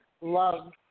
love